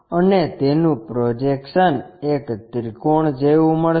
અને તેનું પ્રોજેક્શનએક ત્રિકોણ જેવું મળશે